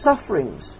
sufferings